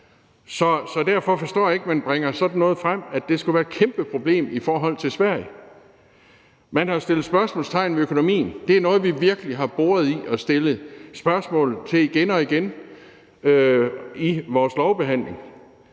Så derfor forstår jeg ikke, at man bringer sådan noget frem, altså at det skulle være et kæmpe problem i forhold til Sverige. Man har sat spørgsmålstegn ved økonomien. Det er noget, vi virkelig har boret i og stillet spørgsmål til igen og igen i vores lovbehandling.